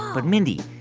but mindy,